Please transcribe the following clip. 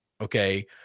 Okay